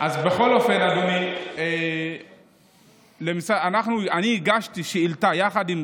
פינדרוס, אני מבין שאתה מוותר.